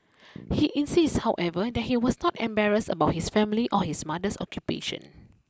he insists however that he was not embarrassed about his family or his mother's occupation